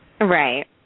Right